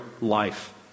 life